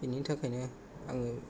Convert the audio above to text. बेनि थाखायनो आङो